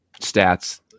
stats